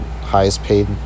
highest-paid